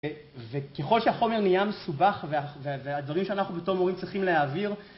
וככל שהחומר נהיה מסובך והדברים שאנחנו בתור מורים צריכים להעביר